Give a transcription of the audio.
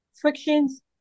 frictions